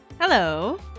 Hello